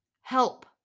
help